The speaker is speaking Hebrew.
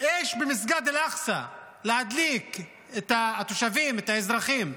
אש במסגד אל-אקצא, להדליק את התושבים, את האזרחים.